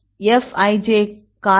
4 ஐ Fij காரணமாக கொடுக்கப்படும் மைனஸ் 0